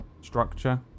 structure